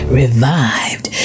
revived